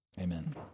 Amen